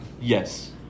Yes